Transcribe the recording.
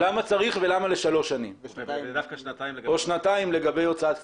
למה צריך ולמה לשלוש שנים או שנתיים לגבי הוצאת כספים.